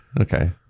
okay